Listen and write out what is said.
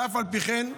ואף על פי כן,